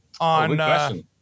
on –